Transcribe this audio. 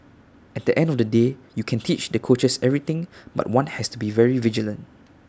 at the end of the day you can teach the coaches everything but one has to be very vigilant